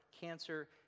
cancer